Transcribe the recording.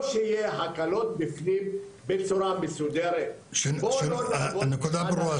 או שיהיו הקלות בפנים בצורה מסודרת --- הנקודה ברורה,